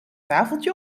tafeltje